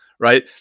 right